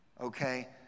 Okay